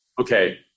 okay